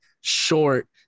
short